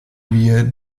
wir